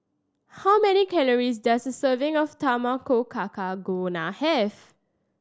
how many calories does a serving of Tamago Kake have